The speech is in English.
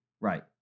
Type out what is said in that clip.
Right